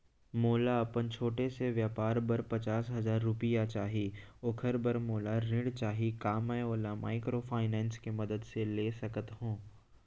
मोला अपन छोटे से व्यापार बर पचास हजार रुपिया चाही ओखर बर मोला ऋण चाही का मैं ओला माइक्रोफाइनेंस के मदद से ले सकत हो?